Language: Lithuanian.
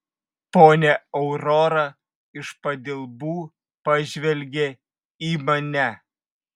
ponia aurora iš padilbų pažvelgė į mane